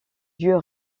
dieu